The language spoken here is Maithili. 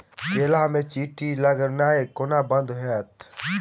केला मे चींटी लगनाइ कोना बंद हेतइ?